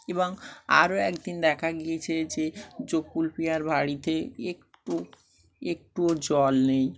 এবং আরও একদিন দেখা গিয়েছে যে গফুর মিয়াঁর বাড়িতে একটু একটুও জল নেই